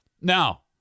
Now